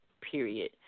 period